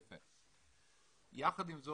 כן,